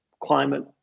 climate